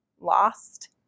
lost